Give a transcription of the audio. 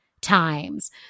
times